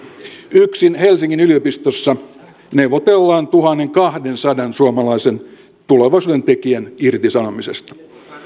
yksin helsingin yliopistossa neuvotellaan tuhannenkahdensadan suomalaisen tulevaisuuden tekijän irtisanomisesta